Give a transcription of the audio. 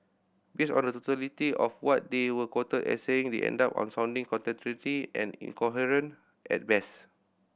based on the totality of what they were quoted as saying they ended up sounding contradictory and incoherent at best